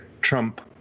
Trump